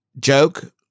joke